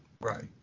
Right